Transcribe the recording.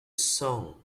song